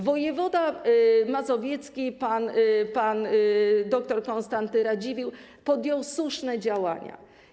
Wojewoda mazowiecki pan dr Konstanty Radziwiłł podjął słuszne działania.